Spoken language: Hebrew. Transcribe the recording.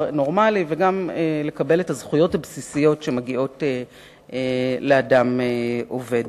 נורמלי וגם לקבל את הזכויות הבסיסיות שמגיעות לאדם עובד.